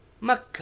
Makkah